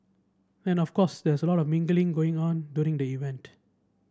and of course there's lot mingling going on during the event